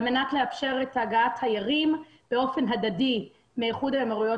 על מנת לאפשר הגעת תיירים באופן הדדי מאיחוד האמירויות